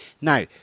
Now